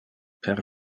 per